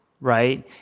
right